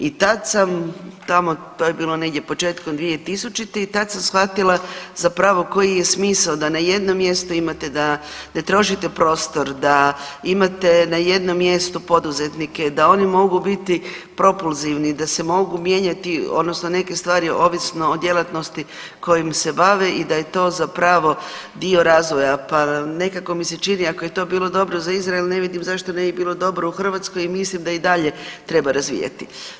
I tad sam tamo to je bilo negdje početkom 2000. i tad sam shvatila koji je smisao da na jednom mjestu imate, da ne trošite prostor, da imate na jednom mjestu poduzetnike, da oni mogu biti propulzivni, da se mogu mijenjati odnosno neke stvari ovisno o djelatnosti kojom se bave i da je to zapravo dio razvoja, pa nekako mi se čini ako je to bilo dobro za Izrael ne vidim zašto ne bi bilo dobro u Hrvatskoj i mislim da i dalje treba razvijati.